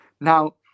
Now